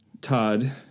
Todd